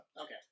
Okay